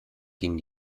ging